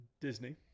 Disney